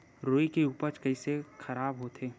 रुई के उपज कइसे खराब होथे?